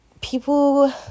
people